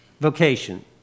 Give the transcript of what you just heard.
vocation